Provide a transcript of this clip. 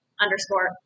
underscore